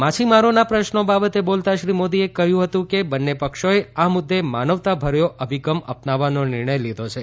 માછીમારોના પ્રશ્નો બાબતે બોલતાં શ્રી મોદીએ કહ્યું હતું કે બંને પક્ષોએ આ મુદ્દે માનવતાભર્યો અભિગમ અપનાવવાનો નિર્ણય લીધો છે